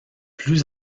plus